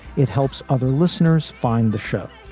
it helps other listeners find the show.